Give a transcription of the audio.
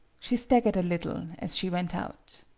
she staggered a little as she went out.